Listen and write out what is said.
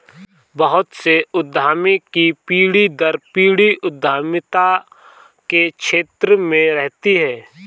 बहुत से उद्यमी की पीढ़ी दर पीढ़ी उद्यमिता के क्षेत्र में रहती है